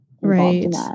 Right